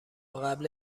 قبل